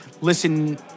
Listen